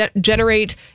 generate